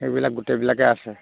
সেইবিলাক গোটেইবিলাকে আছে